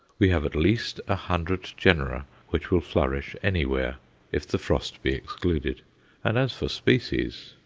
we have at least a hundred genera which will flourish anywhere if the frost be excluded and as for species,